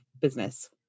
business